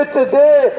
today